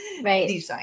Right